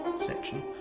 section